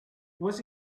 was